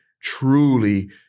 truly